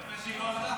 יפה שהיא לא עלתה.